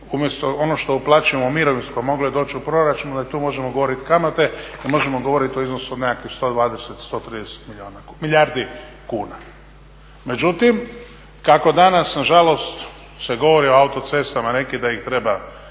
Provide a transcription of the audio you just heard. umjesto ono što uplaćujemo u mirovinsko moglo je doći u proračun, … kamate, možemo … o iznosu od nekakvih 120, 130 milijardi kuna. Međutim, kako danas nažalost se govori o autocestama neki da ih treba